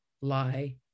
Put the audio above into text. lie